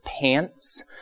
pants